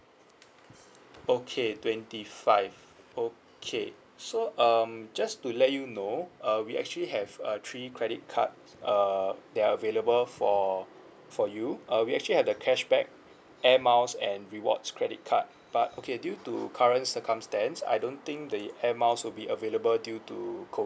okay twenty five okay so um just to let you know uh we actually have uh three credit cards uh that are available for for you uh we actually had the cashback air miles and rewards credit card but okay due to current circumstance I don't think the air miles will be available due to